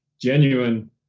genuine